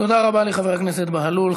תודה רבה לחבר הכנסת בהלול.